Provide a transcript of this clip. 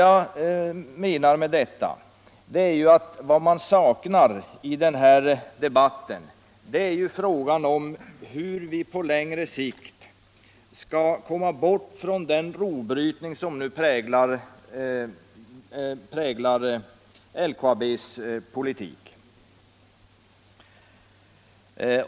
Jag menar, att vad man saknar i denna debatt är ett svar på frågan hur vi på längre sikt skall komma bort från den rovbrytning som nu präglar LKAB:s politik.